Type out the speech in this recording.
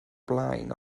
blaen